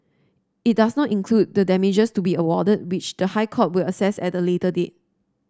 it does not include the damages to be awarded which the High Court will assess at a later date